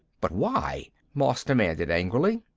but why? moss demanded angrily.